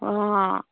অঁ